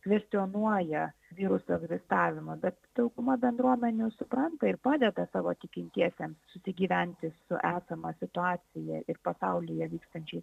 kvestionuoja viruso egzistavimą bet dauguma bendruomenių supranta ir padeda savo tikintiesiems susigyventi su esama situacija ir pasaulyje vykstančiu